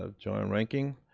ah joanne reinking,